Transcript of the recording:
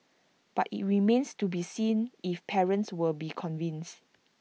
but IT remains to be seen if parents will be convinced